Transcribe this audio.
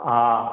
हा